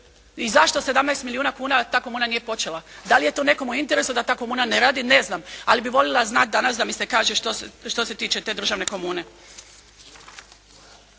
I zašto 17 milijuna kuna, ta komuna nije počela? Da li je to nekom u interesu da ta komuna ne radi, ne znam. Ali bi voljela znat, danas da mi se kaže što se tiče te državne komune.